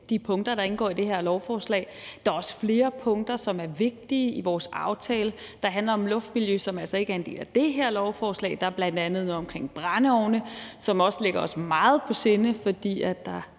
de punkter, der indgå i det her lovforslag. Der er også flere punkter i vores aftale, som er vigtige, der handler om luftmiljø, som altså ikke er en del af det her lovforslag. Der er bl.a. noget om brændeovne, som også ligger os meget på sinde, fordi der